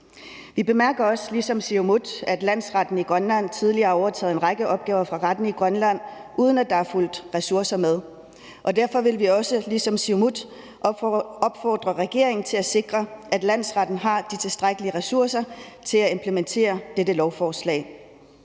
ligesom Siumut, at landsretten i Grønland tidligere har overtaget en række opgaver fra retten i Grønland, uden at der er fulgt ressourcer med, og derfor vil vi ligesom Siumut opfordre regeringen til at sikre, at landsretten har de tilstrækkelige ressourcer til at implementere dette lovforslag.